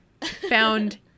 found